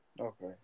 Okay